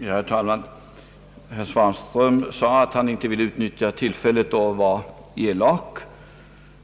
Herr talman! Herr Svanström framhöll, att han inte ville utnyttja tillfället till att vara elak.